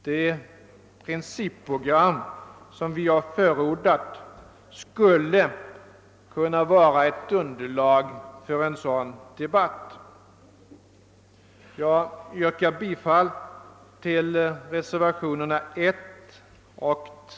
Det principprogram som vi förordat skulle kunna utgöra ett underlag för en sådan debatt.